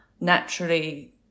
naturally